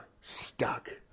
stuck